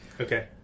Okay